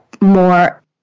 more